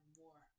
more